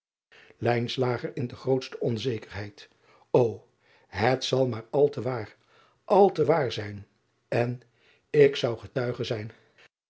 o et zal maar al te waar al te waar zijn n ik zou getuige zijn